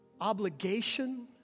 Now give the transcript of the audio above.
obligation